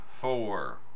four